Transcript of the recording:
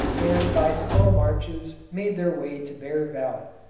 and by slow marches made their way to bear valley,